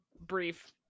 brief